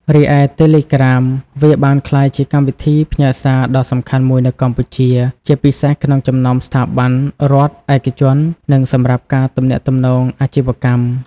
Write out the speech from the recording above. រីឯ តេឡេក្រាម វាបានក្លាយជាកម្មវិធីផ្ញើសារដ៏សំខាន់មួយនៅកម្ពុជា ជាពិសេសក្នុងចំណោមស្ថាប័នរដ្ឋ ឯកជន និងសម្រាប់ការទំនាក់ទំនងអាជីវកម្ម។